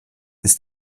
ist